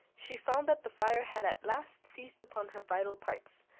she found that the fire had at last seized upon her vital parts,